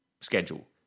schedule